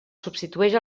substitueix